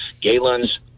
galen's